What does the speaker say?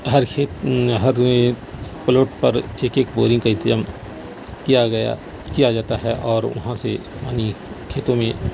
ہر کھیت ہر پلاٹ پر ایک ایک بورنگ کا انتظام کیا گیا کیا جاتا ہے اور وہاں سے پانی کھیتوں میں